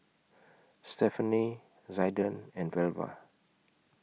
Stephanie Zaiden and Velva